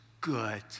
good